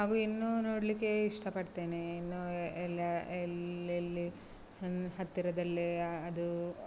ಹಾಗೂ ಇನ್ನೂ ನೋಡಲಿಕ್ಕೆ ಇಷ್ಟ ಪಡ್ತೇನೆ ಇನ್ನೂ ಎಲ್ಲ ಎಲ್ಲೆಲ್ಲಿ ಹತ್ತಿರದಲ್ಲೇ ಅದು